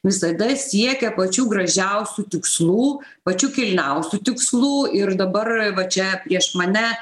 visada siekia pačių gražiausių tikslų pačių kilniausių tikslų ir dabar va čia prieš mane